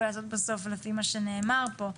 אולי לעשות בסוף לפי מה שנאמר פה,